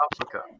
Africa